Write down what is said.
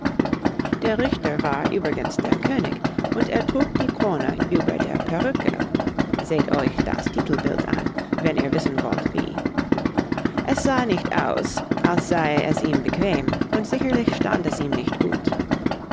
der richter war übrigens der könig und er trug die krone über der perücke seht euch das titelbild an wenn ihr wissen wollt wie es sah nicht aus als sei es ihm bequem und sicherlich stand es ihm nicht gut